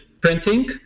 printing